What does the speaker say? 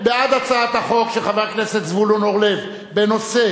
בעד הצעת החוק של חבר הכנסת זבולון אורלב בנושא